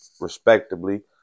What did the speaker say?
respectively